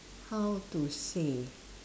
how to say